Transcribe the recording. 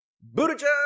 Buddha